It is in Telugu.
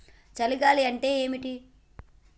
చలి గాలి అంటే ఏమిటి?